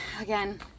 Again